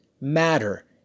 matter